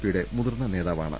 P യുടെ മുതിർന്ന നേതാവാണ്